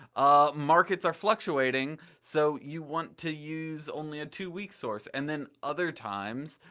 ah markets are fluctuating so you want to use only a two week source. and then other times,